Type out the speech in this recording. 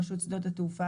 רשות שדות התעופה,